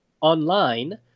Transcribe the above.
online